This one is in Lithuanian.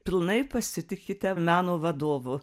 pilnai pasitikite meno vadovu